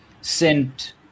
sent